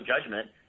judgment